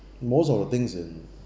most of the things in